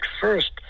first